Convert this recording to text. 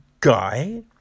Guy